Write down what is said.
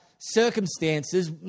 circumstances